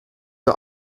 der